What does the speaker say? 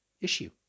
issue